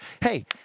hey